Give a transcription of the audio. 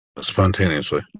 Spontaneously